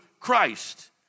Christ